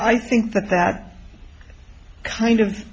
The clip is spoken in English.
i think that that kind of